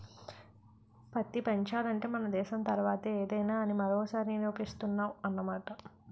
పత్తి పెంచాలంటే మన దేశం తర్వాతే ఏదైనా అని మరోసారి నిరూపిస్తున్నావ్ అన్నమాట